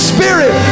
Spirit